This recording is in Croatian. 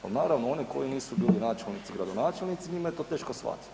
A naravno oni koji nisu bili načelnici, gradonačelnici njima je to teško shvatiti.